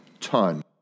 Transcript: ton